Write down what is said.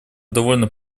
довольно